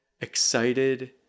excited